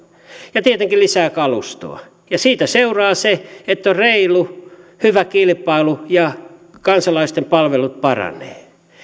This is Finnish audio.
ja tietenkin lisää kalustoa siitä seuraa se että on reilu hyvä kilpailu ja kansalaisten palvelut paranevat